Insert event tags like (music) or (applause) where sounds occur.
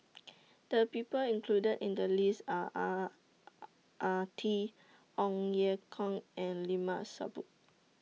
(noise) The People included in The list Are Ang Ah Tee Ong Ye Kung and Limat Sabtu